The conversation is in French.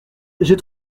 j’ai